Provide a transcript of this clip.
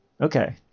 okay